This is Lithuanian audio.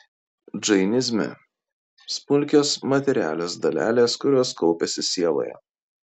džainizme smulkios materialios dalelės kurios kaupiasi sieloje